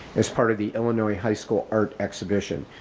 as part of the illinois high school art exhibition.